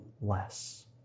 less